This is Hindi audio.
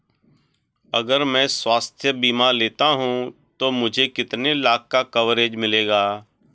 अगर मैं स्वास्थ्य बीमा लेता हूं तो मुझे कितने लाख का कवरेज मिलेगा?